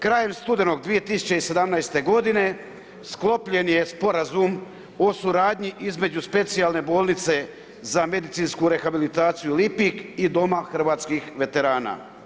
Krajem studenog 2017. godine sklopljen je sporazum o suradnju između specijalne bolnice za medicinsku rehabilitaciju Lipik i Doma hrvatskih veterana.